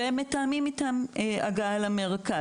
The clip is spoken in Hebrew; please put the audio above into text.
והם מתאמים איתם הגעה למרכז.